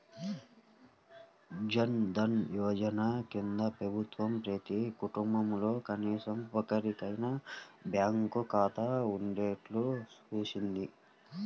జన్ ధన్ యోజన కింద ప్రభుత్వం ప్రతి కుటుంబంలో కనీసం ఒక్కరికైనా బ్యాంకు ఖాతా ఉండేట్టు చూసింది